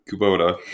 Kubota